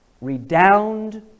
redound